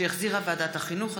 שהחזירה ועדת החינוך,